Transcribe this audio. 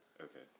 Okay